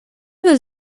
will